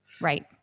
right